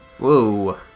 Whoa